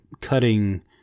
cutting